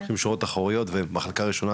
שורות אחרונות במחלקה ראשונה,